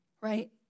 right